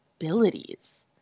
abilities